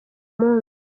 munsi